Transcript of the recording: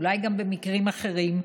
אולי גם במקרים אחרים,